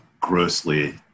grossly